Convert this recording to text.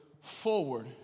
forward